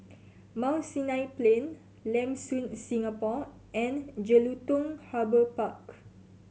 Mount Sinai Plain Lam Soon Singapore and Jelutung Harbour Park